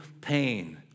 pain